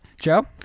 Joe